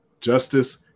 Justice